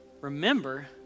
remember